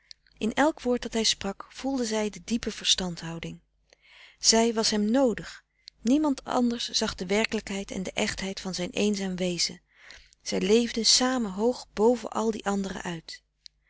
in elk woord dat hij sprak voelde zij de diepe verstandhouding zij was hem noodig niemand anders zag de werkelijkheid en de echtheid van zijn eenzaam wezen zij leefden samen hoog boven al die anderen uit